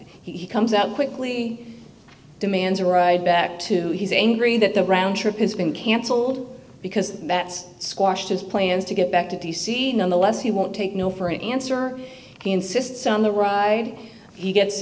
he comes out quickly demands a ride back to he's angry that the round trip has been canceled because that's squashed his plans to get back to d c nonetheless he won't take no for an answer he insists on the ride he gets